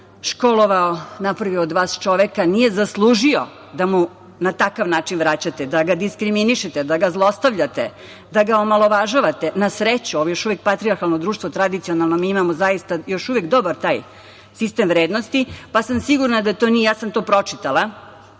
školovao, napravio od vas čoveka, nije zaslužio da mu na takav način vraćate, da ga diskriminišete, da ga zlostavljate, da ga omalovažavate. Na sreću, ovo je još uvek patrijarhalno društvo, tradicionalno, imamo zaista još uvek dobar taj sistem vrednosti, pa sam siguran da tako nije. Pročitala